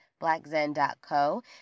blackzen.co